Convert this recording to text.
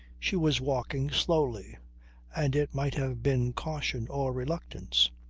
she was walking slowly and it might have been caution or reluctance.